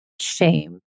shame